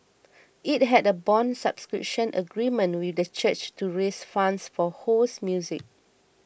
it had a bond subscription agreement with the church to raise funds for Ho's music